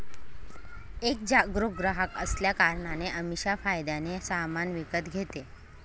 एक जागरूक ग्राहक असल्या कारणाने अमीषा फायद्याने सामान विकत घेते